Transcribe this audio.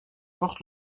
porte